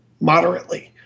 moderately